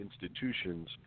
institutions